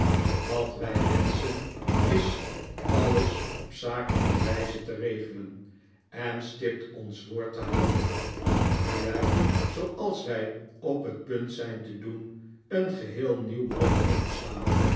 wat wij wenschen is alles op zakelijke wijze te regelen en stipt ons woord te houden nu wij zooals wij op het punt zijn te doen een geheel nieuw blad omslaan